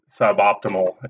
suboptimal